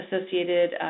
associated